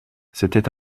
c’était